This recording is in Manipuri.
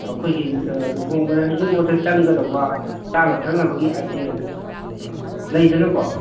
ꯑꯩꯈꯣꯏꯒꯤ ꯂꯨꯍꯣꯡꯕꯗ ꯍꯩꯖꯤꯡꯄꯣꯠꯇ ꯆꯪꯒꯗꯧꯕ ꯆꯥꯅ ꯊꯛꯅꯕꯒꯤ ꯑꯥꯏꯇꯦꯝ ꯂꯩꯗꯅꯀꯣ